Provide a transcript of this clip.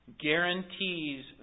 guarantees